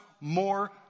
more